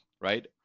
right